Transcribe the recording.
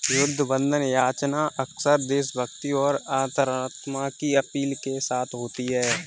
युद्ध बंधन याचना अक्सर देशभक्ति और अंतरात्मा की अपील के साथ होती है